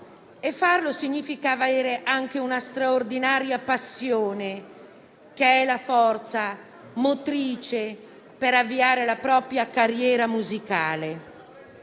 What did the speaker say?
Farlo significa avere anche una straordinaria passione, che è la forza motrice per avviare la propria carriera musicale.